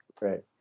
Right